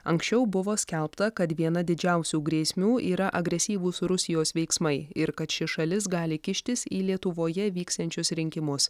anksčiau buvo skelbta kad viena didžiausių grėsmių yra agresyvūs rusijos veiksmai ir kad ši šalis gali kištis į lietuvoje vyksiančius rinkimus